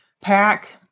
pack